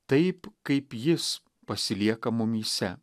taip kaip jis pasilieka mumyse